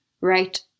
right